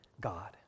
God